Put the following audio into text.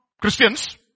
Christians